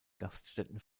gaststätten